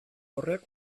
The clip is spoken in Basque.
horrek